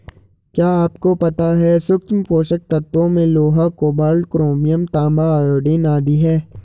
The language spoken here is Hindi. क्या आपको पता है सूक्ष्म पोषक तत्वों में लोहा, कोबाल्ट, क्रोमियम, तांबा, आयोडीन आदि है?